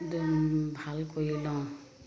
ভাল কৰি লওঁ